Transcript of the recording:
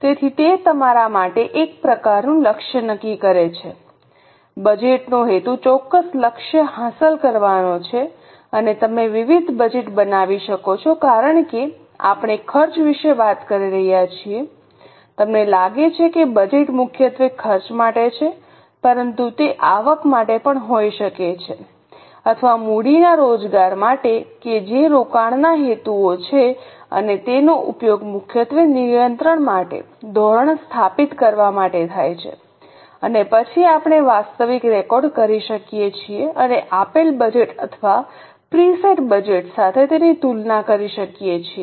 તેથી તે તમારા માટે એક પ્રકારનું લક્ષ્ય નક્કી કરે છે બજેટનો હેતુ ચોક્કસ લક્ષ્ય હાંસલ કરવાનો છે અને તમે વિવિધ બજેટ બનાવી શકો છો કારણ કે આપણે ખર્ચ વિશે વાત કરી રહ્યા છીએ તમને લાગે છે કે બજેટ મુખ્યત્વે ખર્ચ માટે છે પરંતુ તે આવક માટે પણ હોઈ શકે છે અથવા મૂડીના રોજગાર માટે કે જે રોકાણના હેતુઓ છે અને તેનો ઉપયોગ મુખ્યત્વે નિયંત્રણ માટે ધોરણ સ્થાપિત કરવા માટે થાય છે અને પછી આપણે વાસ્તવિક રેકોર્ડ કરી શકીએ છીએ અને આપેલ બજેટ અથવા પ્રીસેટ બજેટસાથે તેની તુલના કરી શકીએ છીએ